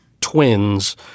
twins